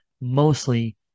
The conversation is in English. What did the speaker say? mostly